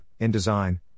InDesign